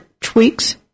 tweaks